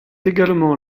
également